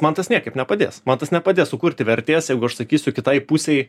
man tas niekaip nepadės mat tas nepadės sukurti vertės jeigu aš sakysiu kitai pusei